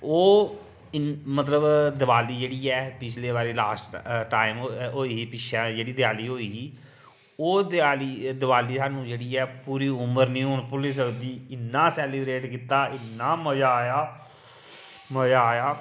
ओह् मतलब दिवाली जेह्ड़ी ऐ पिछले बारी लॉस्ट टाईम होई ही पिच्छें जेह्ड़ी देआली होई ही ओह् देआली दिवाली सानूं जेह्ड़ी पूरी उमर निं हून भुल्ली सकदी इ'न्ना सेलिब्रेट कीता इ'न्ना मज़ा आया